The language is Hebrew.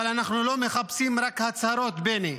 אבל אנחנו לא מחפשים רק הצהרות, בני.